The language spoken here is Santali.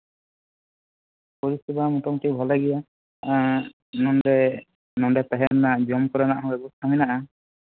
ᱦᱳᱭ ᱛᱟᱦᱚᱞᱮ ᱜᱚᱢᱠᱮ ᱵᱷᱟᱹᱜᱤᱜᱮ ᱱᱚᱰᱮ ᱛᱟᱦᱮᱱ ᱨᱮᱱᱟᱜ ᱡᱚᱢ ᱧᱩ ᱢᱮᱱᱟᱜᱼᱟ